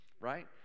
right